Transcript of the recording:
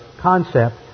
concept